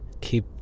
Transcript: keep